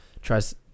tries